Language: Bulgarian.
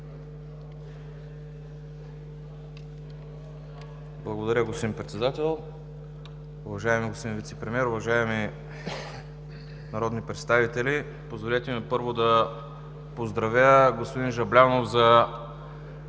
Благодаря, господин Председател. Уважаеми господин Вицепремиер, уважаеми народни представители! Позволете ми, първо, да поздравя господин Жаблянов за